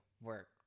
work